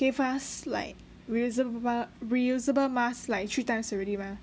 give us like resuable reusable mask like three times already mah